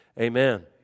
amen